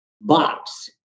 box